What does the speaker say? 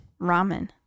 ramen